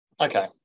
Okay